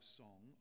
song